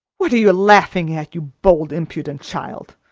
what are you laughing at, you bold, impudent child!